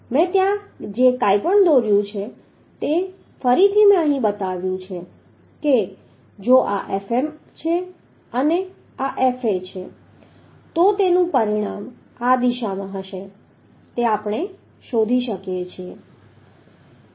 મેં ત્યાં જે કંઈ પણ દોર્યું છે તે ફરીથી મેં અહીં બતાવ્યું છે કે જો Fm આ છે અને Fa આ છે તો તેનું પરિણામ આ દિશામાં હશે તે આપણે શોધી શકીએ છીએ